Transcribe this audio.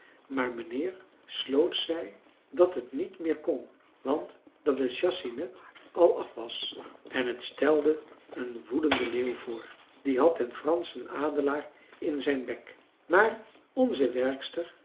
maar mijnheer sloot zei dat het niet meer kon want dat het chassinet al af was en het stelde een woedenden leeuw voor die had den franschen adelaar in zijn bek maar onze werkster